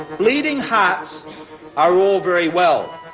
bleeding hearts are all very well,